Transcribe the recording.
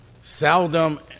Seldom